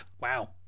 wow